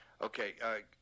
Okay